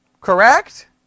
Correct